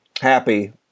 happy